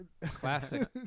classic